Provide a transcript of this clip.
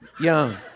Young